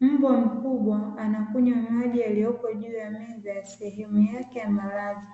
Mbwa mkubwa anakunywa maji yaliyoko juu ya meza ya sehemu yake ya maradhi,